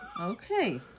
Okay